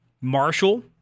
Marshall